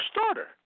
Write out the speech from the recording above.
starter